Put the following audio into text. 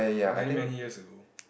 many many years ago